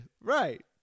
Right